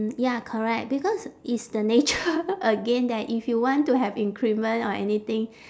ya correct because it's the nature again that if you want to have increment or anything